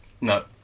No